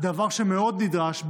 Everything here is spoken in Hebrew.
דבר שמאוד נדרש,